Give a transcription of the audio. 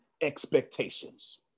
expectations